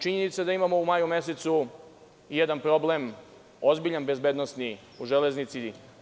Činjenica je da imamo u maju mesecu jedan problem, ozbiljan bezbednosni, u železnici.